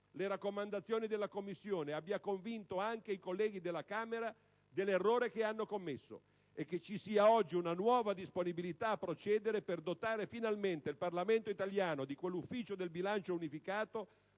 le raccomandazioni della Commissione - abbia convinto anche i colleghi della Camera dell'errore commesso e che ci sia oggi una nuova disponibilità a procedere, per dotare finalmente il Parlamento italiano di quell'Ufficio del bilancio unificato